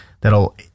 that'll